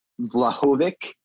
Vlahovic